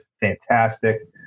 fantastic